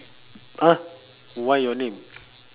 !huh! why your name